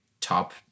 top